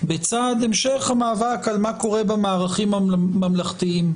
בצד המשך המאבק על מה שקורה במערכים הממלכתיים,